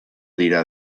dirà